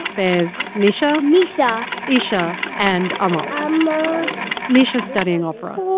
there's misha misha isha and amal amal misha's studying opera